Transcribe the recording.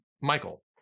Michael